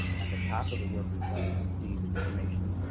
at the top of the work request, you see this information,